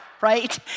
right